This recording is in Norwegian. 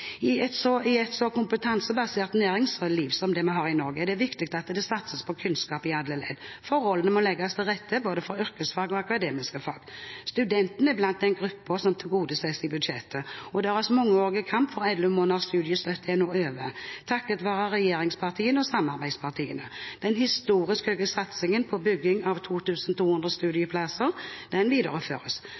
I et så kompetansebasert næringsliv som det vi har i Norge, er det viktig at det satses på kunnskap i alle ledd. Forholdene må legges til rette for både yrkesfag og akademiske fag. Studentene er blant gruppene som tilgodeses i budsjettet. Deres mangeårige kamp for 11 måneders studiestøtte er nå over, takket være regjeringspartiene og samarbeidspartiene. Den historisk høye satsingen på bygging av 2 200 studentboliger videreføres.